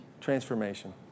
Transformation